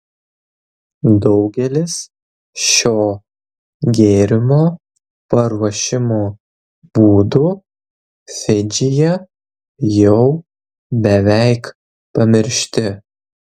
daugelis šio gėrimo paruošimo būdų fidžyje jau beveik pamiršti